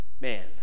man